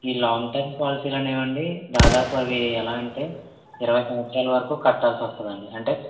ఈ long term పాలసీలు అనేవండీ దాదాపు అవి ఎలా అంటే ఇరవై సంవత్సరాల వరకు కట్టాల్సి వస్తుందండి అంటే